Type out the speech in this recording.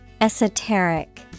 Esoteric